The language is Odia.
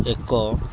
ଏକ